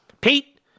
Pete